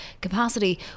capacity